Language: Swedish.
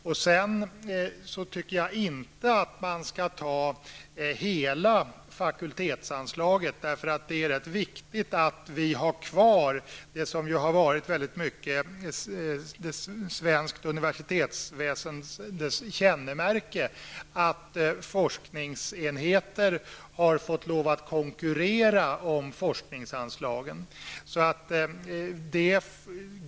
Jag tycker inte att man skall ta hela fakultetsanslaget, eftersom det är ganska viktigt att vi har kvar det som väldigt mycket har varit svenskt universitetsväsendes kännemärke, nämligen att forskningsenheter har fått lov att konkurrera om forskningsanslagen.